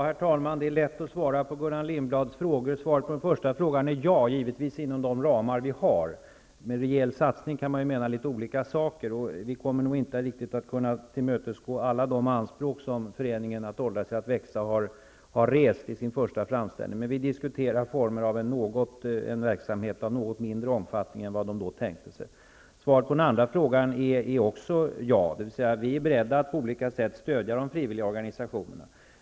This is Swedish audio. Herr talman! Det är lätt att svara på Gullan Lindblads frågor. Svaret på den första frågan är: Ja, givetvis inom de ramar vi har. Med en rejäl satsning kan man ju mena litet olika saker, och vi kommer nog inte att kunna tillmötesgå alla de anspråk som föreningen Att åldras är att växa har rest i sin första framställning. Vi diskuterar en verksamhet av något mindre omfattning än vad föreningen då tänkte sig. Svaret på den andra frågan är: Ja, vi är beredda att på olika sätt stödja de frivilliga organisationerna.